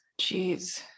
jeez